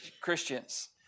Christians